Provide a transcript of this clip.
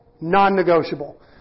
Non-negotiable